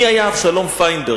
מי היה אבשלום פיינברג?